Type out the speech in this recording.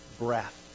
breath